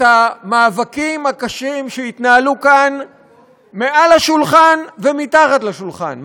את המאבקים הקשים שהתנהלו כאן מעל השולחן ומתחת לשולחן,